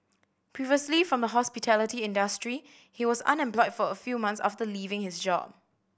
previously from the hospitality industry he was unemployed for a few months after leaving his job